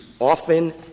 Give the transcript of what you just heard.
often